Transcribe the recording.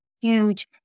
huge